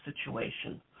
situation